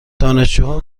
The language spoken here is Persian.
دانشجوها